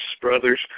brothers